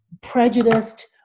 prejudiced